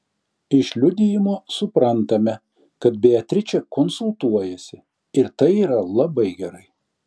iš liudijimo suprantame kad beatričė konsultuojasi ir tai yra labai gerai